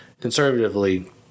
conservatively